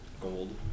gold